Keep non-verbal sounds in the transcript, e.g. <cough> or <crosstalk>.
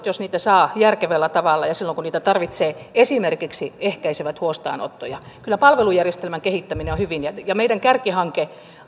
<unintelligible> jos niitä saa järkevällä tavalla ja silloin kun niitä tarvitsee esimerkiksi ehkäisevät huostaanottoja kyllä palvelujärjestelmän kehittäminen on hyvin tärkeää ja meidän kärkihankkeemme